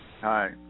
Hi